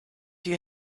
you